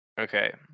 Okay